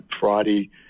Friday